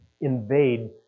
invade